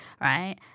Right